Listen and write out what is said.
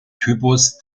typus